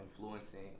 Influencing